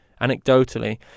Anecdotally